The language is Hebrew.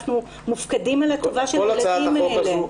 אנחנו מופקדים על הטובה של הילדים האלה.